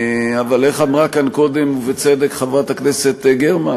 אבל איך אמרה כאן קודם, ובצדק, חברת הכנסת גרמן?